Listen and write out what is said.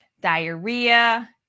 Diarrhea